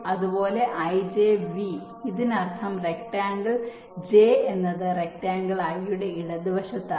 അതുപോലെ ijV ഇതിനർത്ഥം rectangle j എന്നത് റെക്ടാങ്കിൾ i യുടെ ഇടതുവശത്താണ്